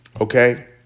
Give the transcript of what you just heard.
okay